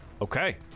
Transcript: Okay